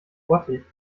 bottich